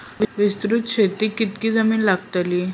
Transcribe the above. विस्तृत शेतीक कितकी जमीन लागतली?